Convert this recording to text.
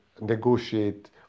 negotiate